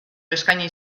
eskaini